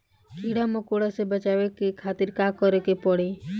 कीड़ा मकोड़ा से बचावे खातिर का करे के पड़ी?